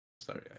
Sorry